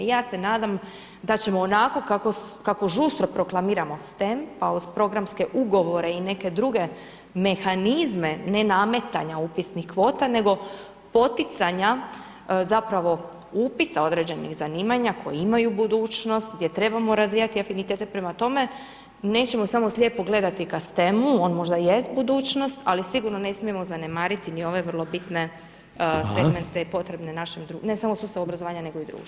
Ja se nadam ćemo onako kako žustro proklamiramo stem pa programske ugovore i neke druge mehanizma nenametanja upisnih kvota nego poticanja zapravo upisa određenih zanimanja koja imaju budućnost, gdje trebamo razvijati afinitete, prema tome nećemo samo slijepo gledati ka stemu on možda jest budućnost, ali sigurno ne smijemo zanemariti ni ove vrlo bitne [[Upadica: Hvala.]] segmente potrebne našem, ne samo sustavu obrazovanja, nego i društvu.